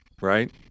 right